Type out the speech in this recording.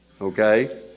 okay